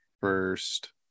first